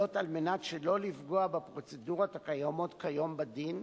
זאת על מנת שלא לפגוע בפרוצדורות הקיימות כיום בדין,